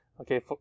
okay